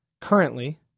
Currently